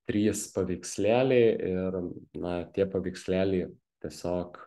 trys paveikslėliai ir na tie paveikslėliai tiesiog